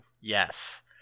yes